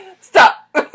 Stop